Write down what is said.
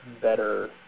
better